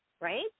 right